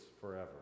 forever